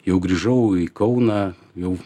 jau grįžau į kauną jau